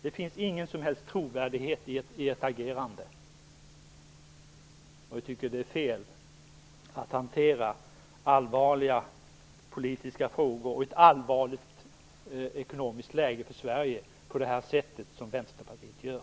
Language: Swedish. Det finns ingen som helst trovärdighet i ert agerande. Det är fel att hantera allvarliga politiska frågor i ett för Sverige allvarligt ekonomiskt läge på det sätt som Vänsterpartiet gör.